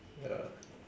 ya